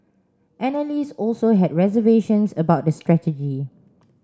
analysts also had reservations about the strategy